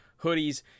hoodies